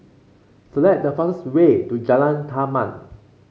select the fastest way to Jalan Taman